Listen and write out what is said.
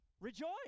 rejoice